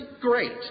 great